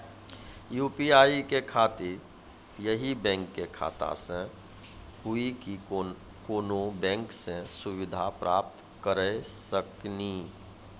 UPI के खातिर यही बैंक के खाता से हुई की कोनो बैंक से सुविधा प्राप्त करऽ सकनी?